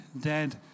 dead